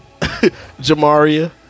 Jamaria